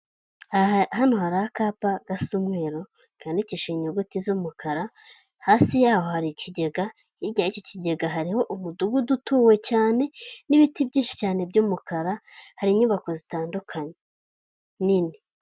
Hano hari akapa gasa umweru kandidikishije inyuguti z'umukara hasi yaho hari ikigega hirya y'iki kigega, hariho umudugudu utuwe cyane n'ibiti byinshi cyane by'umukara, hari inyubako zitandukanye nini.